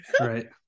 right